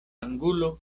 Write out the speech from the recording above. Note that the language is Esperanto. angulo